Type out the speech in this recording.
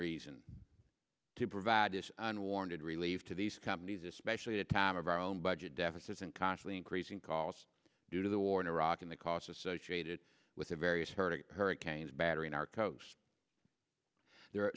reason to provide this unwarranted relieve to these companies especially the time of our own budget deficits and constantly increasing costs due to the war in iraq and the costs associated with the various hurting hurricanes battering our coast there are